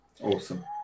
awesome